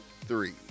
three